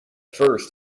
first